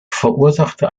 verursachte